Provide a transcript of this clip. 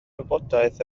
wybodaeth